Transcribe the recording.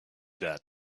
that